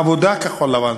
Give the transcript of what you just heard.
עבודה כחול-לבן.